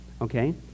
okay